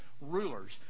rulers